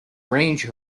range